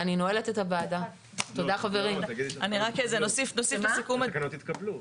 הצבעה בעד 3 אושר התקנות התקבלו.